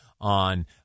On